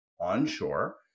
onshore